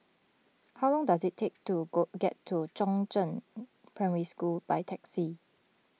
how long does it take to go get to Chongzheng Primary School by taxi